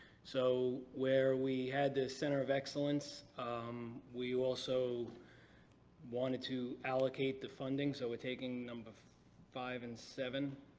so where we had the center of excellence um we also wanted to allocate the funding. so we're taking number five and seven,